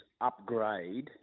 upgrade